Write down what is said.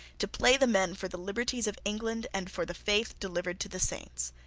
to play the men for the liberties of england and for the faith delivered to the saints.